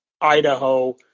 Idaho